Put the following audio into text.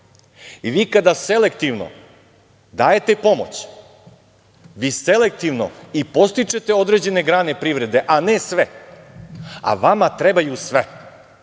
Vi kada selektivno dajete pomoć, vi selektivno i podstičete određene grane privrede, a ne sve, a vama trebaju sve.